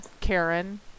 Karen